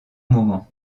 moment